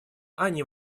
они